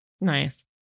Nice